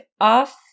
off